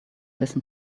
listen